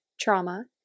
trauma